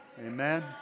Amen